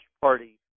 party